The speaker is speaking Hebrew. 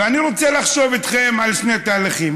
ואני רוצה לחשוב איתכם על שני תהליכים,